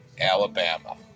Alabama